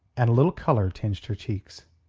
and a little colour tinged her cheeks.